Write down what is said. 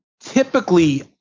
Typically